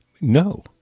No